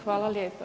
Hvala lijepa.